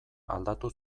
aldatu